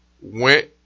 went